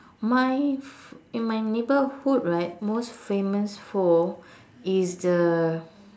my in my neighbourhood right most famous for is the